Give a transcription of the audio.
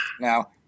Now